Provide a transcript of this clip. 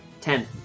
ten